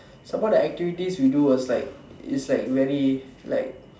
some more the activity we do was like it's like very like